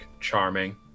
charming